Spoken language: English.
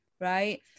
right